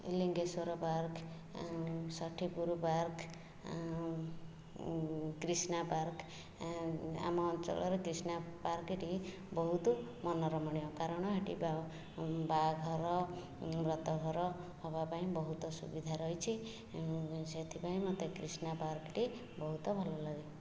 Lingeswar park Sasthipur park Krishna park ଆମ ଅଞ୍ଚଳର କ୍ରିଷ୍ଣାପାର୍କ୍ଟି ବହୁତ ମୋନାରୋମଣୀୟ କାରଣ ସେଇଠି ବାହାଘର ଉଁ ବ୍ରତଘର ହେବାପାଇଁ ବହୁତ ସୁବିଧା ରହିଛି ସେଇଥିପାଇଁ ମୋତେ କ୍ରିଷ୍ଣାପାର୍କ୍ଟି ବହୁତ ଭଲଲାଗେ